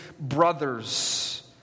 brothers